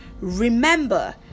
Remember